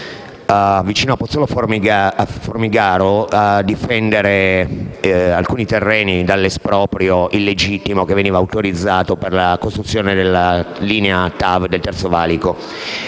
vicino a Pozzolo Formigaro a difendere alcuni terreni dall'esproprio illegittimo autorizzato per la costruzione della linea TAV del terzo valico.